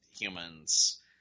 humans